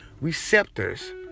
receptors